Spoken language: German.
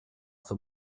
für